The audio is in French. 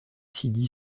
sidi